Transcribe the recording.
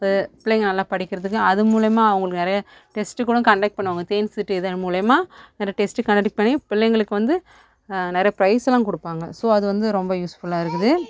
பிள்ளைங்க நல்லா படிக்கிறதுக்கு அது மூலமாக அவங்களுக்கு நிறைய டெஸ்ட் கூட கன்டெக்ட் பண்ணுவாங்க தேன்சிட்டு இதழ் மூலியமா இதில் டெஸ்ட் கன்டெக்ட் பண்ணி பிள்ளைங்களுக்கு வந்து நிறைய ப்ரைஸ்லாம் கொடுப்பாங்க ஸோ அது வந்து ரொம்ப யூஸ்ஃபுல்லாருக்குது